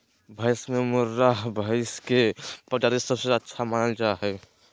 भैंस में मुर्राह भैंस के प्रजाति सबसे अच्छा मानल जा हइ